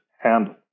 handle